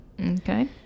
okay